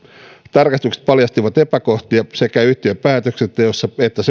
tarkastukset paljastivat epäkohtia sekä yhtiön päätöksenteossa että